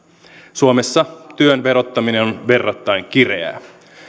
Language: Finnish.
suomessa työn verottaminen on verrattain kireää